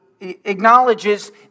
acknowledges